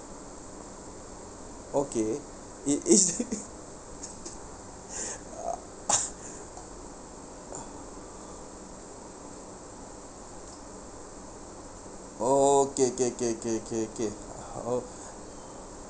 okay it is uh okay K K K K K how